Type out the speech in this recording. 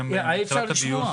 שעה.